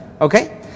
Okay